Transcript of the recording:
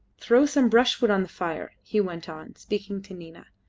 throw some brushwood on the fire, he went on, speaking to nina,